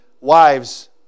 wives